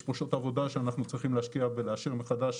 פשוט עבודה שאנחנו צריכים להשקיע ולאשר מחדש